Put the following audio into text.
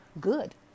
good